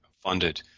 funded